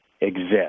exist